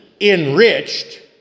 enriched